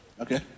Okay